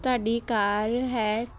ਤੁਹਾਡੀ ਕਾਰ ਹੈ